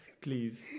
please